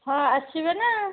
ହଁ ଆସିବେନା